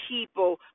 people